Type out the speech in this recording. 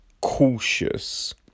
cautious